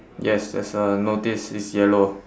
yes there's a notice it's yellow